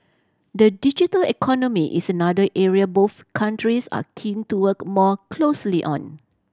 the digital economy is another area both countries are keen to work more closely on